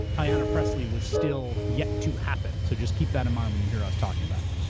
ah ayanna pressley was still yet to happen. so just keep that in mind when you hear us talking about it.